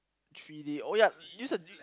three-D oh ya use a